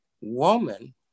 woman